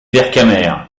vercamer